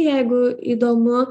jeigu įdomu